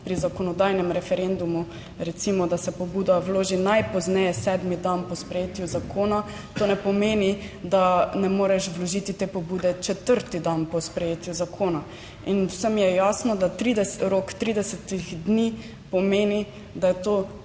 pri zakonodajnem referendumu, recimo, da se pobuda vloži najpozneje sedmi dan po sprejetju zakona, to ne pomeni, da ne moreš vložiti te pobude četrti dan po sprejetju zakona in vsem je jasno, da rok 30 dni pomeni, da je to